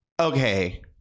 Okay